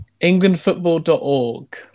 englandfootball.org